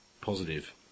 positive